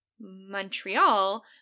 Montreal